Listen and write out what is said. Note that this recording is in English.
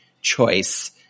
choice